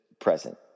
present